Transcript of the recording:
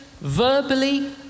verbally